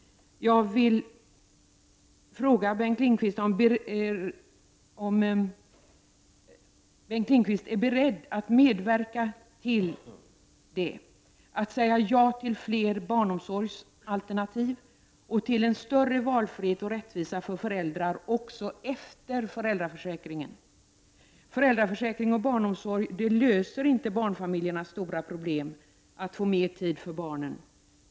Jag vill fråga Bengt Lindqvist om han är beredd att medverka till det, att säga ja till fler barnomsorgsalternativ och till en större valfrihet och rättvisa för föräldrar också efter föräldraförsäkringen. Föräldraförsäkring och barnomsorg löser inte barnfamiljernas stora problem att få mer tid för barnen.